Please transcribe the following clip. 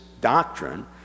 doctrine